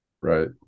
Right